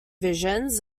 visions